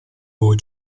voi